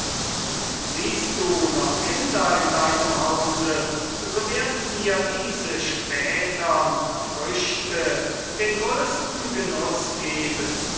und siehst du noch kinder in deinem hause so werden dir diese spätern früchte den größten genuß geben